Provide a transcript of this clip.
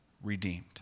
redeemed